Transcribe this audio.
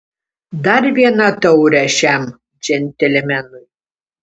dar vieną taurę šiam džentelmenui